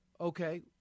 Okay